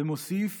ומוסיף